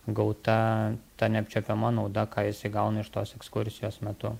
gauta ta neapčiuopiama nauda ką jisai gauna iš tos ekskursijos metu